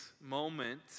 moment